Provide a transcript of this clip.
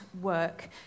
work